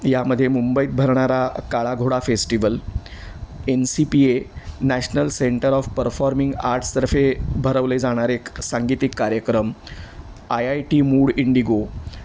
यामध्ये मुंबईत भरणारा Kala Ghoda festival N C P A national centre of performing आर्ट्सतर्फे भरवले जाणारे एक सांगीतिक कार्यक्रम I I T Mood Indigo